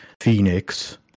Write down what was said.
Phoenix